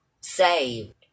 saved